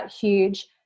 huge